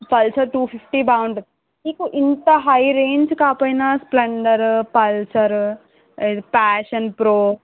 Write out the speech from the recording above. Pulsar two fifty బాగుంటుంది మీకు ఇంత హై రేంజ్ కాకపోయినా స్ప్లెండర్ పల్సర్ ప్యాషన్ ప్రో